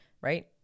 right